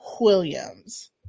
Williams